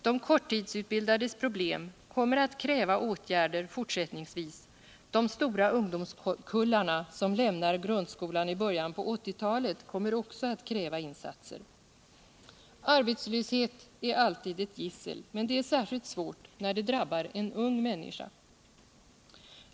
De korttidsutbildades problem kommer att kräva åtgärder fortsättningsvis. De stora ungdomskullar som lämnar grundskolan i början av 1980-talet kommer också att kräva insatser: Arbetslöshet är alltid ett gissel, men det är särskilt svårt när den drabbar en ung människa.